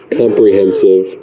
comprehensive